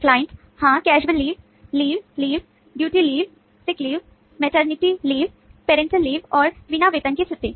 client हाँ casual leave और बिना वेतन के छुट्टी